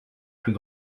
plus